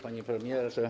Panie Premierze!